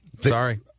Sorry